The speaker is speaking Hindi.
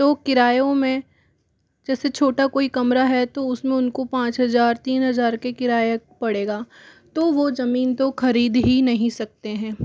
तो किरायों में जैसे छोटा कोई कमरा है तो उसमें उनको पाँच हज़ार तीन हजार के किराया पड़ेगा तो वो जमीन खरीद ही नही सकते हैं